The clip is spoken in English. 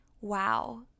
wow